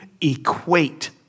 equate